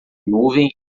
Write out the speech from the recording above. nuvem